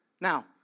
Now